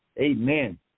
amen